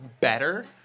better